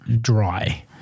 dry